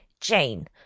Jane